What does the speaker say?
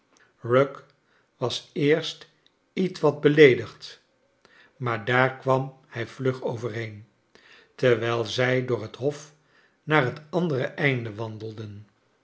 rugg was eerst ietwat beleedigd maar daar kwam hrj vlug overheen terwijl zij door het hof naar het andere einde wandelden